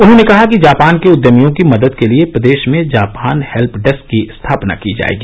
उन्होंने कहा कि जापान के उद्यमियों की मदद के लिए प्रदेश में जापान हेत्यडेस्क की स्थापना की जाएगी